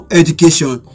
education